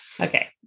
Okay